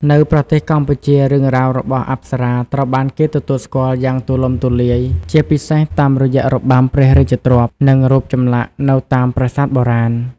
នៅប្រទេសកម្ពុជា រឿងរ៉ាវរបស់អប្សរាត្រូវបានគេទទួលស្គាល់យ៉ាងទូលំទូលាយ ជាពិសេសតាមរយៈរបាំព្រះរាជទ្រព្យ និងរូបចម្លាក់នៅតាមប្រាសាទបុរាណ។